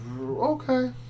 Okay